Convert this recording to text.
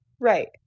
Right